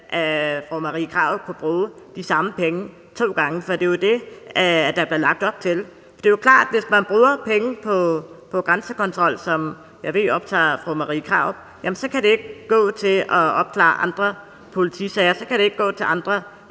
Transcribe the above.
fru Marie Krarup kan bruge de samme penge to gange, for det er jo det, der bliver lagt op til. Det er jo klart, at hvis man bruger penge på grænsekontrol, som jeg ved optager fru Marie Krarup, så kan de ikke gå til at opklare andre politisager. Så kan de ikke gå til andre